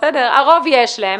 לרוב יש.